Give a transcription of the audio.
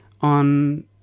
on